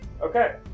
Okay